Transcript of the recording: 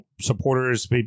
supporters